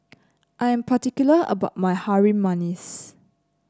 I am particular about my Harum Manis